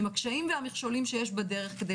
עם הקשיים והמכשולים שיש בדרך כדי